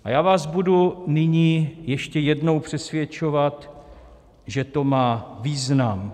A já vás budu nyní ještě jednou přesvědčovat, že to má význam.